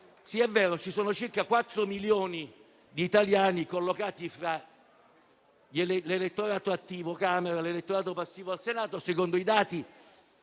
Sì, è vero, ci sono circa quattro milioni di italiani collocati fra l'elettorato attivo alla Camera e l'elettorato passivo al Senato, secondo i dati